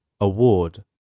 award